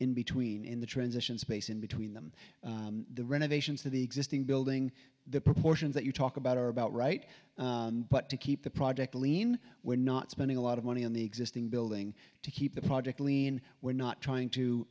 in between in the transition space in between them the renovations to the existing building the proportions that you talk about are about right but to keep the project lean we're not spending a lot of money on the existing building to keep the project lean we're not trying to